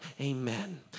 Amen